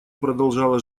продолжала